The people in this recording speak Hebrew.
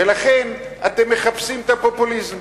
ולכן אתם מחפשים את הפופוליזם.